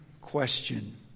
question